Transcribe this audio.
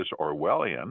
Orwellian